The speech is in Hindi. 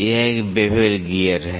यह एक बेवल गियर है